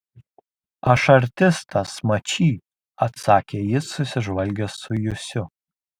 aš artistas mačy atsakė jis susižvalgęs su jusiu